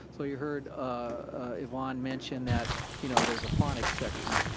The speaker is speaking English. so you heard evonne mention that you know there's a phonics section.